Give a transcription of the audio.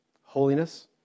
Holiness